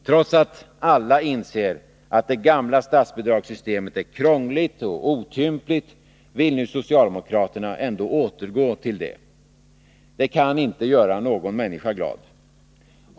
Trots att alla inser att det gamla statsbidragssystemet är krångligt och otympligt, vill nu socialdemokraterna ändå återgå till det. Det kan inte göra någon människa glad.